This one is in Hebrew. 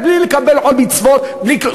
בלי לקבל עול מצוות, בלי כלום.